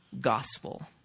gospel